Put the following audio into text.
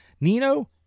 Nino